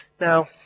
Now